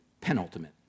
penultimate